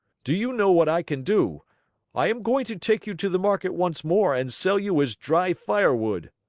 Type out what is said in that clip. do you know what i can do i am going to take you to the market once more and sell you as dry firewood.